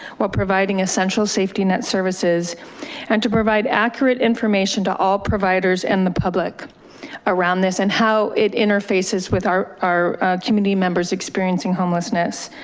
while providing essential safety net services and to provide accurate information to all providers and the public around this. and how it interfaces with our our community members experiencing homelessness.